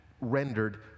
rendered